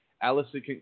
Allison